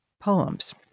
poems